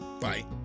Bye